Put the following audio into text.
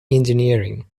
engineering